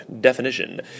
definition